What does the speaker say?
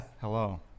hello